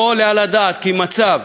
לא עולה על הדעת כי תקנות